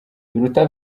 biruta